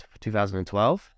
2012